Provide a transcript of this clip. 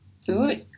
food